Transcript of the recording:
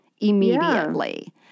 immediately